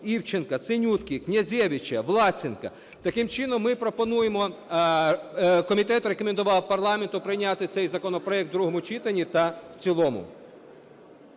Івченка, Синютки, Князевича, Власенка. Таким чином, ми пропонуємо, комітет пропонував парламенту прийняти цей законопроект у другому читанні та в цілому.